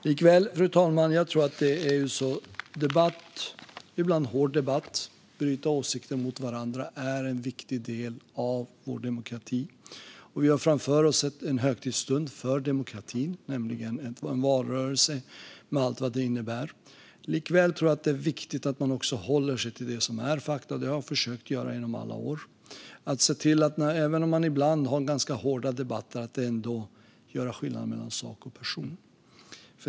Likväl, fru talman, tror jag att debatt, ibland hård debatt, och att bryta åsikter mot varandra är en viktig del av vår demokrati. Vi har framför oss en högtidsstund för demokratin, nämligen en valrörelse med allt vad det innebär. Samtidigt tror jag att det är viktigt att hålla sig till fakta - det har jag försökt göra genom alla år - och se till att även om man ibland har ganska hårda debatter göra skillnad på sak och person.